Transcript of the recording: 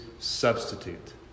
Substitute